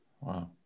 Wow